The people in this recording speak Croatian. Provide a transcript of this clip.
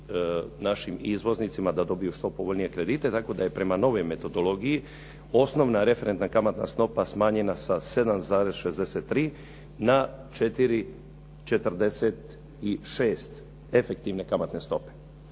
našim izvoznicima da dobiju što povoljnije kredite tako da je prema novoj metodologiji osnovna referentna kamatna stopa smanjenja sa 7,63 na 4,46 efektivne kamatne stope.